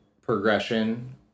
progression